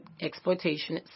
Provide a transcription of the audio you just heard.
exploitation